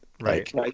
Right